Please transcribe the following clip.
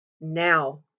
now